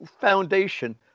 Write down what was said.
foundation